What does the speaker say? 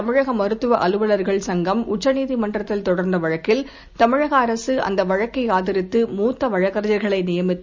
தமிழக மருத்துவ அலுவலர்கள் சங்கம் உச்சநீதிமன்றத்தில் தொடர்ந்த வழக்கில் தமிழக அரசு அந்த வழக்கை ஆதரித்து மூத்த வழக்கறிஞர்களை நியமித்து